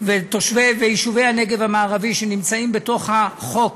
ויישובי הנגב המערבי שנמצאים בתוך החוק